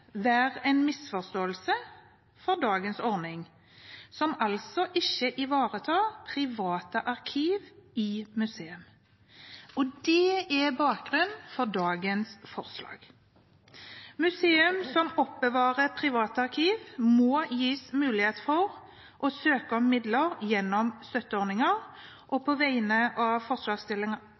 en misforståelse når det gjelder dagens ordning, som altså ikke ivaretar privatarkiver i museer, og det er bakgrunnen for dagens forslag. Museer som oppbevarer private arkiv, må gis mulighet for å søke om midler gjennom støtteordninger. På vegne av